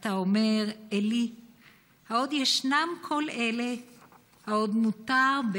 אתה אומר אלי העוד ישנם כל אלה / העוד מותר /